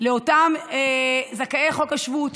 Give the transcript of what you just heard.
לאותם זכאי חוק השבות,